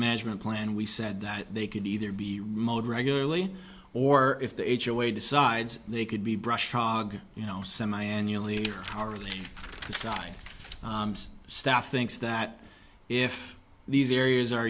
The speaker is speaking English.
management plan we said that they could either be mowed regularly or if the age away decides they could be brushed hog you know semiannually hourly sign staff thinks that if these areas are